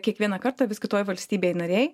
kiekvieną kartą vis kitoj valstybėj narėj